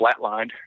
flatlined